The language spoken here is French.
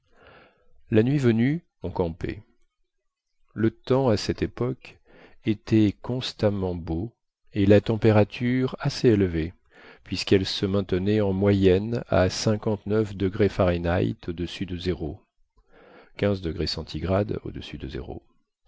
la nuit venue on campait le temps à cette époque était constamment beau et la température assez élevée puisqu'elle se maintenait en moyenne à cinquante-neuf degrés fahrenheit au-dessus de zéro